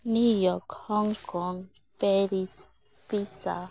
New York Hong Kong Paris Pisa